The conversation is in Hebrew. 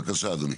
בבקשה אדוני.